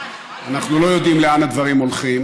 אנחנו לא יודעים לאן הדברים הולכים.